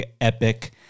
epic